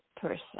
person